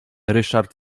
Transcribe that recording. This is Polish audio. ryszard